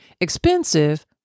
expensive